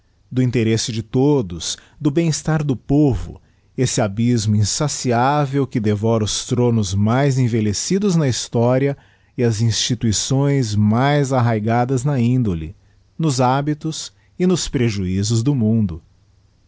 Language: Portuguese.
do interesse de todos do bem estar do povo esse abysmo insaciável que devora os thronos mais envelhecidos na historia e as instituições mais arraigadas na índole nos hábitos e nos prejuizos do mundo